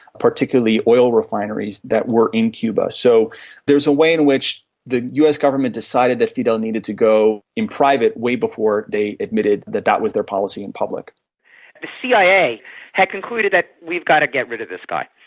particularly oil refineries that were in cuba. so there's a way in which the us government decided that fidel needed to go in private way before they admitted that that was their policy in public. the cia had concluded that we've got to get rid of this guy.